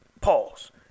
Pause